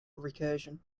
recursion